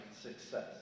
Success